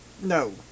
No